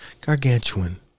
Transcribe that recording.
Gargantuan